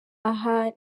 aha